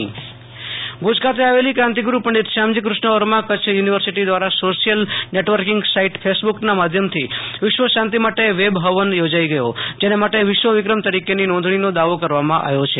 Ashu Tosh Antani Bhuj Kutch you નિવર્સિટી web હવન ભુજ ખાતે આવેલી ક્રાંતિગુર્ડ પંડિત શ્યામજી કૃષ્ણવર્માકચ્છ યુ નિવર્સિટી દ્વારા સોશિયલ નેટવર્કિંગ સાઇટ ફેસબુક ના માધ્યમથી વિશ્વ શાંતિ માટે વેબ ફવન યોજાઈ ગયો જેના માટે વિશ્વ વિક્રમ તરીકે ની નોંધણી નો દાવો કરવા માં આવ્યો છે